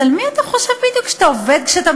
אז על מי אתה חושב בדיוק שאתה עובד כשאתה